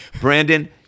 Brandon